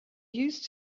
used